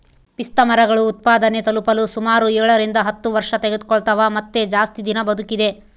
ಪಿಸ್ತಾಮರಗಳು ಉತ್ಪಾದನೆ ತಲುಪಲು ಸುಮಾರು ಏಳರಿಂದ ಹತ್ತು ವರ್ಷತೆಗೆದುಕೊಳ್ತವ ಮತ್ತೆ ಜಾಸ್ತಿ ದಿನ ಬದುಕಿದೆ